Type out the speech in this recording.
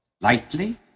lightly